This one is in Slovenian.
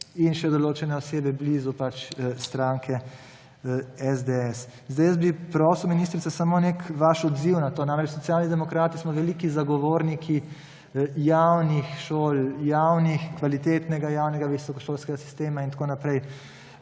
in še določene osebe blizu stranke SDS. Jaz bi prosil, ministrica, samo nek vaš odziv na to. Namreč, Socialni demokrati smo veliki zagovorniki javnih šol, kvalitetnega javnega visokošolskega sistema in tako naprej.